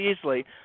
easily